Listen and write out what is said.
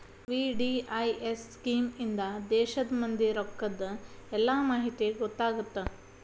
VDIS scheme ಇಂದಾ ದೇಶದ್ ಮಂದಿ ರೊಕ್ಕದ್ ಎಲ್ಲಾ ಮಾಹಿತಿ ಗೊತ್ತಾಗತ್ತ